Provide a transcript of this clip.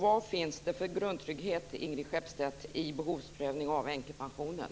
Var finns det för grundtrygghet i behovsprövningen av änkepensionen?